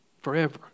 forever